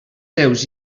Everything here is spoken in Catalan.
seus